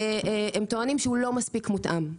הם טוענים שהוא לא מספיק מותאם.